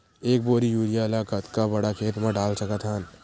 एक बोरी यूरिया ल कतका बड़ा खेत म डाल सकत हन?